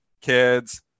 kids